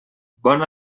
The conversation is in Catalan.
bon